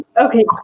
Okay